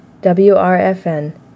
WRFN